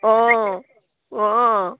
অঁ অঁ